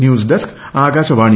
news desk Akashvani